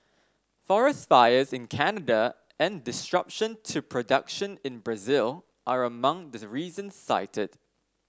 forest fires in Canada and disruption to production in Brazil are among the reasons cited